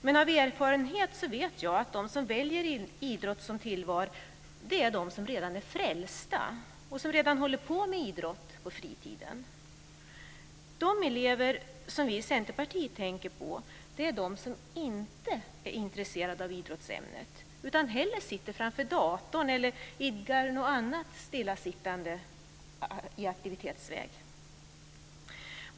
Men av erfarenhet vet jag att de som väljer idrott som tillval är de som redan är frälsta och som redan håller på med idrott på fritiden. De elever som vi i Centerpartiet tänker på är de som inte är intresserade av idrottsämnet, utan hellre sitter framför datorn eller idkar någon annan stillasittande aktivitet.